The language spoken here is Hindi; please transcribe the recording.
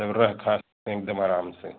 सब रह खा एकदम आराम से